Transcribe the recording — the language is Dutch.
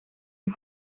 een